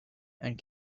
and